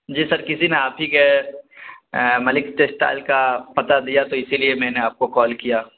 جی sir کسی نے آپ ہی کا ملک ٹکسٹائل کا پتا دیا تو اسی لیے میں نے آپ کو کال کیا